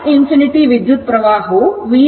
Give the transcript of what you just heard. ಆದ್ದರಿಂದ iinfinity ವಿದ್ಯುತ್ಪ್ರವಾಹವು Vs R ಆಗಿದೆ